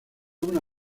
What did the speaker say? una